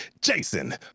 Jason